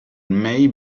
may